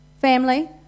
family